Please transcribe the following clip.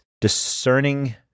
discerning